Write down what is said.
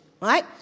right